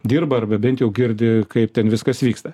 dirba arba bent jau girdi kaip ten viskas vyksta